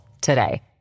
today